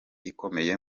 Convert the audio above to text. ikomeye